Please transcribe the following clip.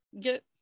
get